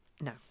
no